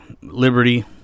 Liberty